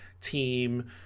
team